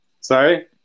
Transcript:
sorry